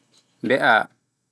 Mbe'a